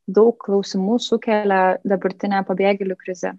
daug klausimų sukelia dabartinė pabėgėlių krizė